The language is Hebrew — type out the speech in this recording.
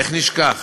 איך נשכח?